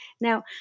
Now